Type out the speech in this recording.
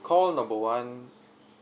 call number one